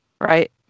Right